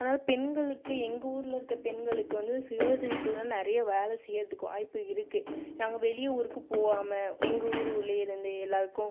அதனால பெண்களுக்கு எங்கள் ஊரில் இருக்க பெண்களுக்கு வந்து சுய உதவி குழுலேருந்து நிறைய வேலை செய்கிறதுக்கு வாய்ப்பு இருக்குது நாங்கள் வெளியூருக்கு போகாம எங்கள் ஊரு உள்ளேருந்து எல்லாருக்கும்